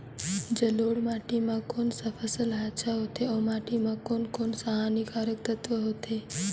जलोढ़ माटी मां कोन सा फसल ह अच्छा होथे अउर माटी म कोन कोन स हानिकारक तत्व होथे?